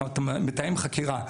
אתה עושה תיאום חקירה.